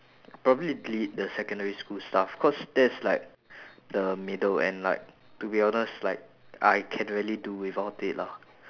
probably be the secondary stuff cause that's like the middle and like to be honest like I can really do without it lah